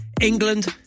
England